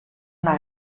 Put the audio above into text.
una